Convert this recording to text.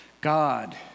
God